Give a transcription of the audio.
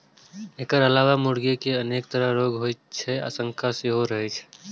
एकर अलावे मुर्गी कें अनेक तरहक रोग होइ के आशंका सेहो रहै छै